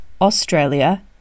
Australia